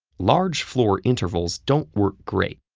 large floor intervals don't work great.